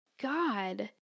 God